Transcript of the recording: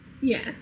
Yes